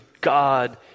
God